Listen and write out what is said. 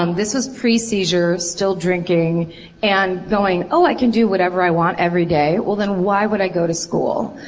um this was pre-seizures, still drinking and going, oh i can do whatever i want every day. well then why would i go to school?